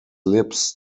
lips